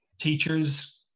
teachers